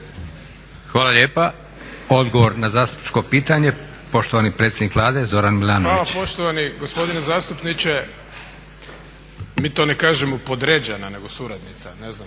Hvala lijepa. Odgovor na zastupničko pitanje, poštovani predsjednik Vlade Zoran Milanović. **Milanović, Zoran (SDP)** Hvala, poštovani gospodine zastupniče mi to ne kažemo podređena nego suradnica.